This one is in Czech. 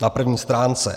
Na první stránce.